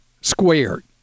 squared